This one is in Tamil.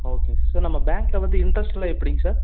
ஓகே சார் சார் நம்ம பேங்கில் வந்து இன்ட்ரஸ்ட்லாம் எப்படிங்க சார்